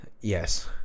yes